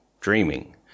dreaming